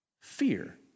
Fear